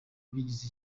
bigize